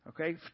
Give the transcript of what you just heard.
Okay